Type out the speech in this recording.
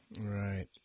Right